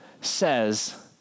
says